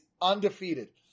undefeated